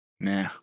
Nah